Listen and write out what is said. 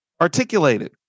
articulated